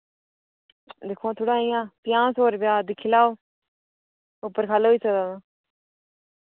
दिक्खो हां थोह्ड़ा इ'यां पंजाह् सौ रपेआ दिक्खी लाओ उप्पर ख'ल्ल होई सकदा ऐ ते